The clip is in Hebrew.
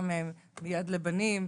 גם מיד לבנים,